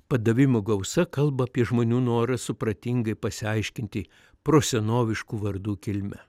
padavimų gausa kalba apie žmonių norą supratingai pasiaiškinti prosenoviškų vardų kilmę